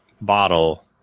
bottle